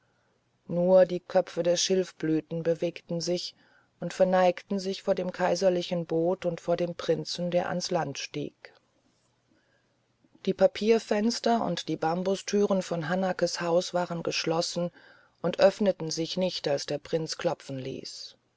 nur die köpfe der schilfblüten bewegten sich und verneigten sich vor dem kaiserlichen boot und vor dem prinzen der ans land stieg die papierfenster und die bambustüren von hanakes haus waren geschlossen und öffneten sich nicht als der prinz klopfen ließ